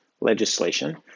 legislation